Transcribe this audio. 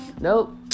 nope